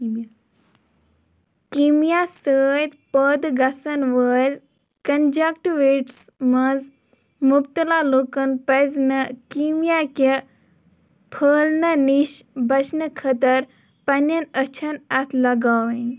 کیٖمیا سۭتۍ پٲدٕ گَژھن وٲلۍ کنجکٹٕویٖٹٕس منٛز مُبتَلا لُکن پَزِ نہٕ کیٖمیا كہِ پٔھٲلنہٕ نِش بچنہٕ خٲطٕر پنٛنٮ۪ن أچھَن اَتھٕ لاگاوٕنۍ